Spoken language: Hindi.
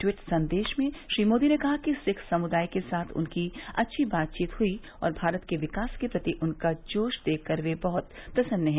ट्वीट संदेश में श्री मोदी ने कहा कि सिख समुदाय के साथ उनकी अच्छी बातचीत हुई और भारत के विकास के प्रति उनका जोश देखकर वे बहुत प्रसन्न है